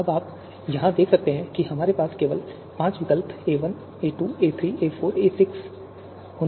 अब आप यहां देख सकते हैं कि हमारे पास केवल पांच विकल्प हैं a1 a2 a3 a4 और a6